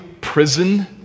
prison